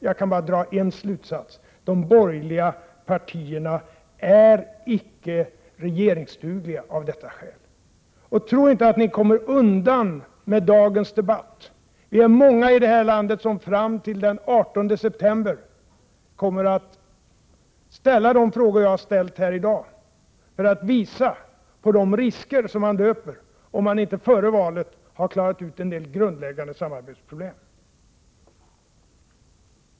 Jag kan bara dra en slutsats: De borgerliga partierna är icke regeringsdugliga, av detta skäl. Tro inte att ni kommer undan med dagens debatt. Vi är många i det här landet som fram till den 18 september kommer att ställa de frågor jag har ställt här i dag för att visa på de risker som man löper om man inte före valet har klarat ut en del grundläggande samarbetsproblem.